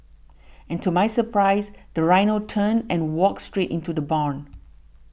and to my surprise the rhino turned and walked straight into the barn